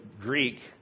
Greek